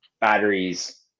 batteries